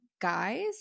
guys